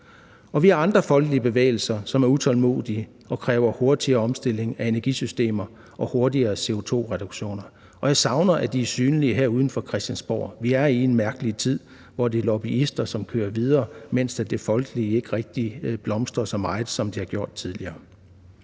vi har andre folkelige bevægelser, som er utålmodige og kræver hurtigere omstilling af energisystemer og hurtigere CO2-reduktioner. Jeg savner, at de er synlige her uden for Christiansborg. Vi er i en mærkelig tid, hvor det er lobbyister, som kører videre, mens det folkelige ikke rigtig blomster så meget, som det har gjort tidligere.